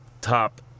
top